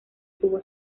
tuvo